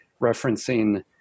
referencing